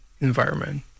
environment